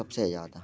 सबसे ज़्यादा